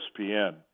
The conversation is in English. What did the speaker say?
ESPN